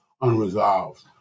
unresolved